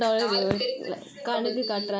நாலு பேருக்கு:naalu perukku bubble tea